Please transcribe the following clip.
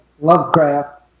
Lovecraft